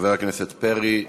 חבר הכנסת פרי.